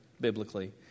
biblically